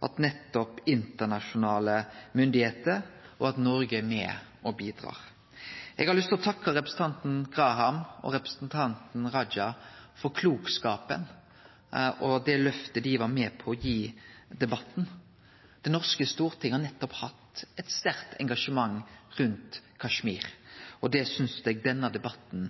at nettopp internasjonale myndigheiter og Noreg er med og bidreg. Eg har lyst til å takke representanten Graham og representanten Raja for klokskapen og det løftet dei var med på å gi debatten. Det norske storting har nettopp hatt eit sterkt engasjement rundt Kashmir, som eg synest denne debatten